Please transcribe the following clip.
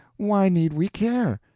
why need we care?